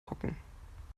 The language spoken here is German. hocken